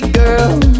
girl